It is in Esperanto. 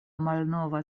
malnova